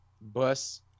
Bus